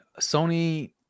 sony